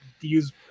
use